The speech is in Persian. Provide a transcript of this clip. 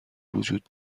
وجود